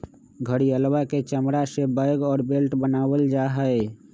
घड़ियलवा के चमड़ा से बैग और बेल्ट बनावल जाहई